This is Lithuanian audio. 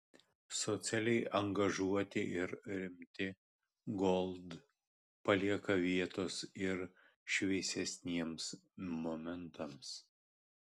socialiai angažuoti ir rimti gold palieka vietos ir šviesesniems momentams